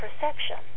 perception